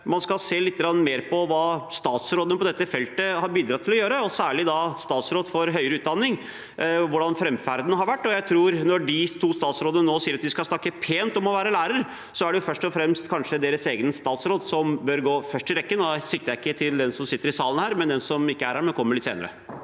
man skal se litt mer på hva statsrådene på dette feltet har bidratt til – særlig statsråden for høyere utdanning, hvordan framferden hans har vært. Når de to statsrådene nå sier at de skal snakke pent om å være lærer, er det kanskje først og fremst deres egen statsråd som bør gå først i rekken. Da sikter jeg ikke til den som sitter her i salen, men den som kommer litt senere.